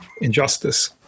injustice